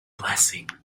blessing